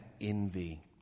envy